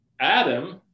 Adam